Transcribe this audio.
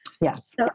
Yes